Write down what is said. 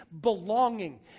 belonging